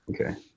okay